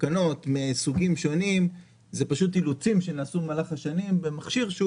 תקנות מסוגים שונים זה פשוט אילוצים שנעשו במהלך השנים במכשיר שהוא